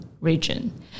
region